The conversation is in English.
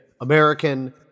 American